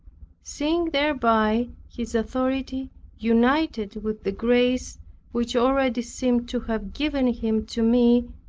seeing thereby his authority united with the grace which already seemed to have given him to me,